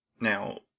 Now